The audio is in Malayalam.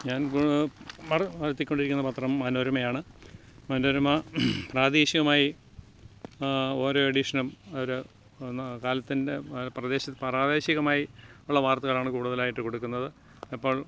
ഞാൻ വരുത്തിക്കൊണ്ടിരിക്കുന്ന പത്രം മനോരമ ആണ് മനോരമ പ്രാദേശികം ആയി ഓരോ എഡിഷനും ഒരു കാലത്തിൻ്റെ പ്രാദേശികമായി ഉള്ള വാർത്തകൾ ആണ് കൂടുതലായിട്ട് കൊടുക്കുന്നത് അപ്പോൾ